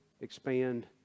expand